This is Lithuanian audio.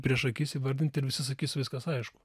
prieš akis įvardinti ir visi sakys viskas aišku